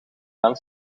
gaan